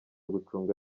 gucunga